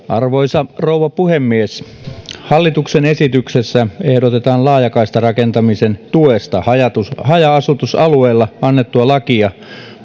arvoisa rouva puhemies hallituksen esityksessä ehdotetaan laajakaistarakentamisen tuesta haja haja asutusalueilla annettua lakia